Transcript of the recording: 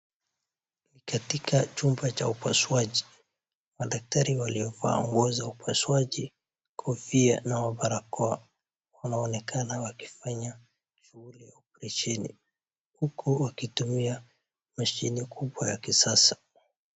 Katika chumba cha upasuaji, madakitari waliovaa nguo za upasuaji, kofia na barakoa wanaonekana wakifanya shughuli ya oparesheni uku wakitumia mashine kubwa ya kisasa.